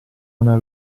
una